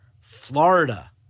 Florida